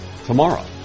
Tomorrow